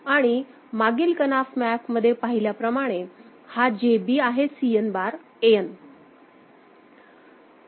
आणि मागील कनाफ मॅप मध्ये पाहिल्या प्रमाणे हा JB आहे Cn बार An